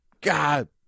god